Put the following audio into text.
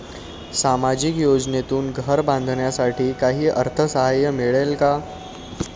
सामाजिक योजनेतून घर बांधण्यासाठी काही अर्थसहाय्य मिळेल का?